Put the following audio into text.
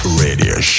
radio